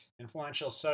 influential